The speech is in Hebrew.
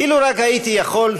אילו רק הייתי יכול,